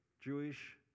Jewish